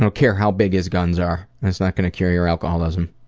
so care how big his guns are, it's not gonna cure your alcoholism.